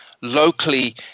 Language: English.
Locally